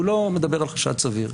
הוא לא מדבר על חשד סביר.